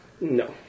No